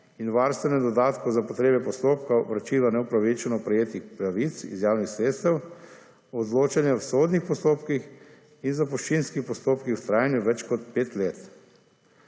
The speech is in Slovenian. in varstvenem dodatku za potrebe postopka vračila neupravičeno prejetih pravic iz javnih sredstev, …/ nerazumljivo/ v sodnih postopkih in zapuščinskih postopkih v trajanju več kot pet let.